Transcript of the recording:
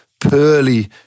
pearly